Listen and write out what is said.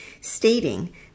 stating